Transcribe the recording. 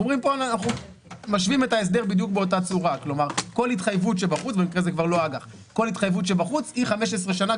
אנחנו משווים פה את ההסדר כך שכל התחייבות שבחוץ היא ל-15 שנה,